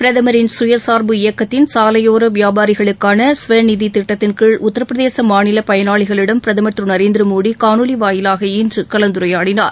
பிரதமரின் சுயசார்பு இயக்கத்தின் சாலையோர வியாபாரிகளுக்கான ஸ்வநிதி திட்டத்தின் கீழ் உத்தரப்பிரதேச மாநில பயனாளிகளிடம் பிரதமர் திரு நரேந்திர மோடி காணொலி வாயிலாக இன்று கலந்துரையாடினார்